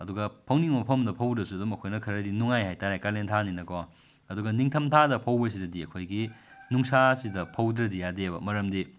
ꯑꯗꯨꯒ ꯐꯧꯅꯤꯡꯕ ꯃꯐꯝꯗ ꯐꯧꯔꯁꯨ ꯑꯗꯨꯝ ꯑꯩꯈꯣꯏꯅ ꯈꯔꯗꯤ ꯅꯨꯡꯉꯥꯏ ꯍꯥꯏꯇꯥꯔꯦ ꯀꯥꯂꯦꯟ ꯊꯥꯅꯤꯅꯀꯣ ꯑꯗꯨꯒ ꯅꯤꯡꯊꯝ ꯊꯥꯗ ꯐꯧꯕꯁꯤꯗꯗꯤ ꯑꯩꯈꯣꯏꯒꯤ ꯅꯨꯡꯁꯥꯁꯤꯗ ꯐꯧꯗ꯭ꯔꯗꯤ ꯌꯥꯗꯦꯕ ꯃꯔꯝꯗꯤ